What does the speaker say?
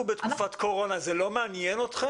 אנחנו בתקופת קורונה, זה לא מעניין אתכם?